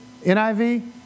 NIV